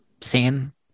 Sam